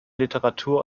literatur